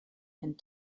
and